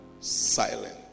silent